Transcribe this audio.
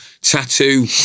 tattoo